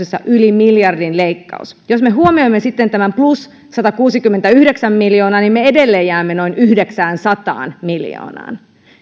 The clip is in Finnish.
yli miljardin leikkaus jos me huomioimme sitten tämän plus satakuusikymmentäyhdeksän miljoonaa niin me edelleen jäämme noin yhdeksäänsataan miljoonaan